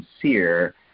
sincere